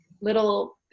little